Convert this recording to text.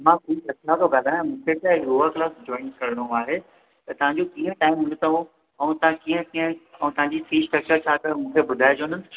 मां श्री रत्ना तो ॻाल्हायां मूंखे छा योगा क्लास जॉइन करिणो आहे त तव्हांजो कीअं टाईम हुंदी अथव ऐं तव्हां कीअं कीअं अऊं तव्हांजी फीस सट्रक्चर छा अथव मूंखे ॿुधाइजो न